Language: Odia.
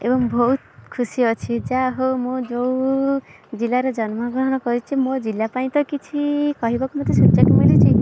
ଏବଂ ଭହୁତ ଖୁସି ଅଛି ଯାହା ହଉ ମୁଁ ଯେଉଁ ଜିଲ୍ଲାରେ ଜନ୍ମ ଗ୍ରହଣ କରିଛି ମୋ ଜିଲ୍ଲା ପାଇଁ ତ କିଛି କହିବାକୁ ମୋତେ ସୁଯୋଗ ମିଳିଛି